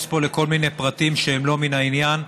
פה לכל מיני פרטים שהם לא מן העניין,